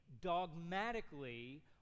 dogmatically